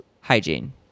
hygiene